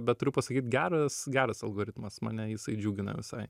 bet turiu pasakyt geras geras algoritmas mane džiugina visai